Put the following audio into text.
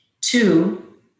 Two